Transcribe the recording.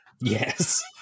yes